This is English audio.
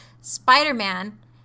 Spider-Man